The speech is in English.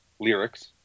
lyrics